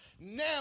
now